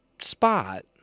spot